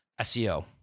SEO